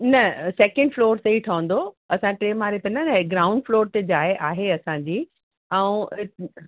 न second floor ते ठहंदो असां टे माड़े ते न रह ग्राउंड फ्लोर ते जाए आहे असांजी ऐं